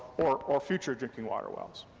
or or future drinking water wells.